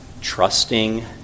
trusting